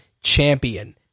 champion